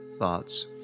Thoughts